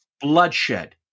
bloodshed